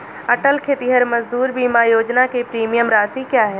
अटल खेतिहर मजदूर बीमा योजना की प्रीमियम राशि क्या है?